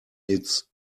its